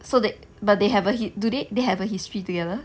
so they but they have a do they have a history together